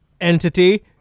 entity